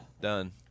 done